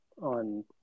on